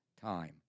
time